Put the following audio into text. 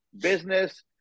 business